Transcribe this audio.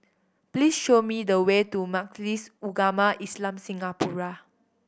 please show me the way to Majlis Ugama Islam Singapura